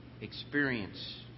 Experience